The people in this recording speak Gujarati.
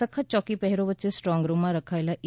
સખત યોકી પહેરા વચ્ચે સ્ટ્રોંગ રૂમમાં રખાયેલા ઈ